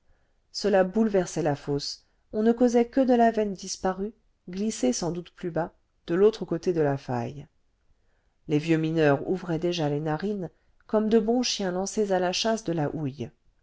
cela bouleversait la fosse on ne causait que de la veine disparue glissée sans doute plus bas de l'autre côté de la faille les vieux mineurs ouvraient déjà les narines comme de bons chiens lancés à la chasse de la houille